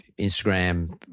instagram